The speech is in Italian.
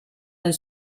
del